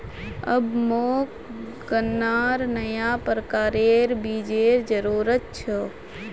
अब मोक गन्नार नया प्रकारेर बीजेर जरूरत छ